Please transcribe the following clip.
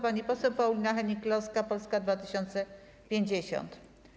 Pani poseł Paulina Hennig-Kloska, Polska 2050.